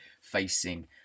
facing